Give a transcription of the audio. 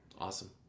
Awesome